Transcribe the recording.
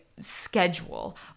Schedule